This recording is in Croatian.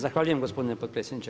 Zahvaljujem gospodine potpredsjedniče.